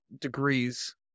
degrees